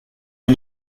pas